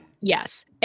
Yes